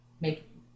make